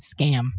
Scam